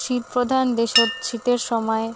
শীতপ্রধান দ্যাশত শীতের সমায়